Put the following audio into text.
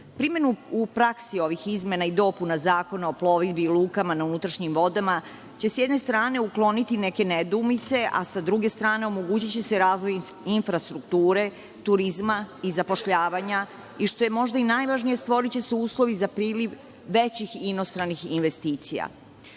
turizma. Primenu u praksi ovih izmena i dopuna Zakona o plovidbi, lukama na unutrašnjim vodama će s jedne strane ukloniti neke nedoumice, a sa druge strane omogući će se razvoj infrastrukture, turizma i zapošljavanja i što je možda najvažnije stvori će se uslovi ili većih inostranih investicija.Za